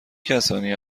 کسانی